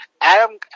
Adam